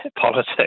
politics